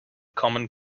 common